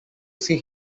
see